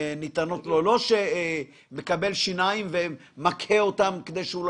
זה לא שהוא מקבל שיניים ומקהה אותם כדי שהוא לא